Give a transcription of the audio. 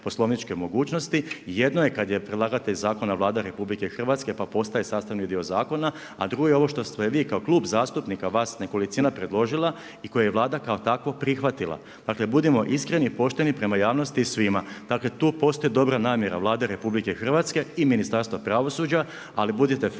poslovniče mogućnosti. I jedno je kada je predlagatelj zakona Vlada Republike Hrvatske, pa postaje sastavni dio zakona, a drugo je ovo što ste vi kao klub zastupnika vas nekolicina predložila i koje je Vlada kao takva prihvatila. Dakle, budimo iskreni i pošteni prema javnosti i svima. Dakle, tu postoji dobra namjera Vlade RH i Ministarstva pravosuđa, ali budite